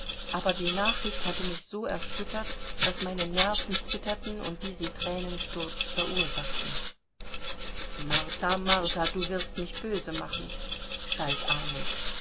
aber die nachricht hatte mich so erschüttert daß meine nerven zitterten und diesen thränensturz verursachten martha martha du wirst mich böse machen